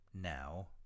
now